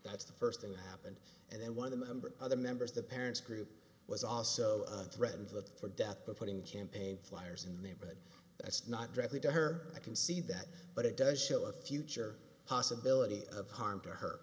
that's the first thing that happened and then one of the members other members the parents group was also threatened for death by putting champaign flyers in there but that's not directly to her i can see that but it does show a future possibility of harm to her